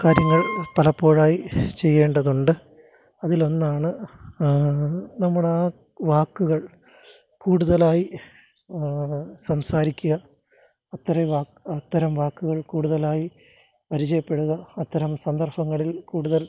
കാര്യങ്ങള് പലപ്പോഴായി ചെയ്യേണ്ടതുണ്ട് അതിൽ എന്നാണ് നമ്മുടെ ആ വാക്കുകള് കൂടുതലായി സംസാരിക്കുക അത്തരം വാക്കുകള് കൂടുതലായി പരിചയപ്പെടുക അത്തരം സന്ദര്ഭങ്ങളില് കൂടുതല്